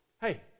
hey